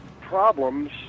problems